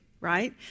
right